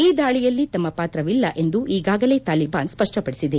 ಈ ದಾಳಿಯಲ್ಲಿ ತಮ್ನ ಪಾತ್ರವಿಲ್ಲ ಎಂದು ಈಗಾಗಲೇ ತಾಲಿಬಾನ್ ಸ್ವಪ್ಪಪಡಿಸಿದೆ